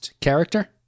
character